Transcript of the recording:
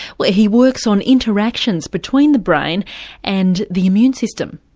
where he works on interactions between the brain and the immune system.